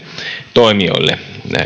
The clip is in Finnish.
toimijoille